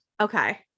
Okay